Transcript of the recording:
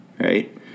right